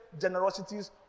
generosities